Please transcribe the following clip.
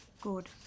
Good